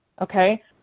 Okay